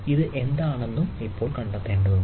ഇത് എന്താണെന്നും ഇപ്പോൾ കണ്ടെത്തേണ്ടതുണ്ട്